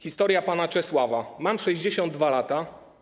Historia pana Czesława: Mam 62 lata.